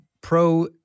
pro